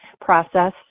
process